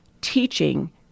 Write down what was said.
teaching